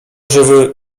żywy